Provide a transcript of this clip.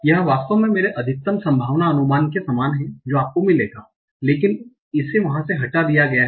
यह वास्तव में मेरे अधिकतम संभावना अनुमान के समान है जो आपको मिलेगा लेकिन इसे वहां से घटा दिया गया है